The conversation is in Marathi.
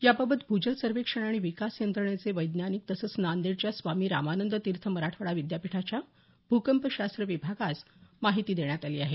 याबाबत भूजल सर्वेक्षण आणि विकास यंत्रणेचे वैज्ञानिक तसंच नांदेडच्या स्वामी रामानंद तीर्थ मराठवाडा विद्यापीठाच्या भूकंपशास्त्र विभागास माहिती देण्यात आली आहे